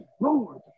Lord